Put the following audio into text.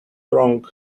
wrong